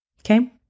Okay